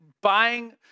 buying